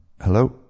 Hello